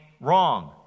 Wrong